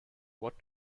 what